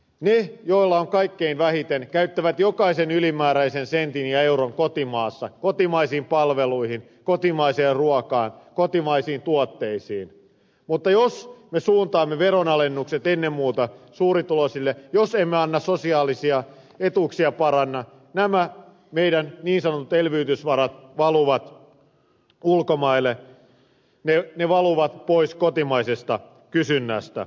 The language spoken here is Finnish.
ne joilla on kaikkein vähiten käyttävät jokaisen ylimääräisen sentin ja euron kotimaassa kotimaisiin palveluihin kotimaiseen ruokaan kotimaisiin tuotteisiin mutta jos me suuntaamme veronalennukset ennen muuta suurituloisille jos emme sosiaalisia etuuksia paranna nämä meidän niin sanotut elvytysvaramme valuvat ulkomaille ne valuvat pois kotimaisesta kysynnästä